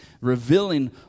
revealing